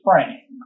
spring